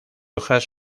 hojas